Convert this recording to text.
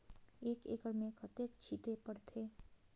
एक एकड़ मे कतेक छीचे पड़थे?